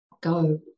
Go